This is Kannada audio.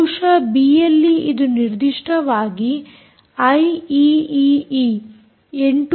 ಬಹುಶಃ ಬಿಎಲ್ಈ ಇದು ನಿರ್ದಿಷ್ಟವಾಗಿ ಐಈಈಈ 802